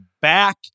back